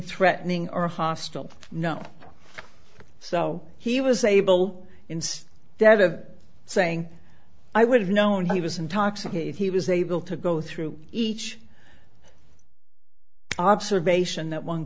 threatening or hostile no so he was able in that of saying i would have known he was intoxicated he was able to go through each observation that one